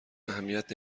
اهمیت